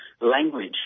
Language